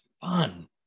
fun